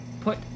put